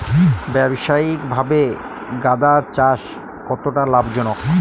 ব্যবসায়িকভাবে গাঁদার চাষ কতটা লাভজনক?